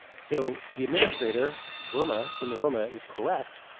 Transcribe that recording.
so the administrator, verna seamer roma, is correct.